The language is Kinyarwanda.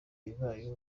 ibibaye